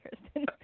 Kristen